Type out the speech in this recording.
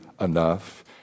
enough